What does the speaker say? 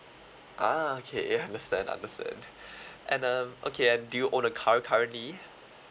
ah okay yeah understand understand and um okay and do you own a car currently